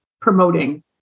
promoting